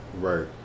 Right